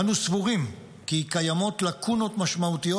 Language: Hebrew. אנו סבורים כי קיימות לקונות משמעותיות